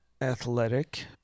athletic